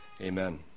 Amen